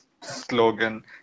slogan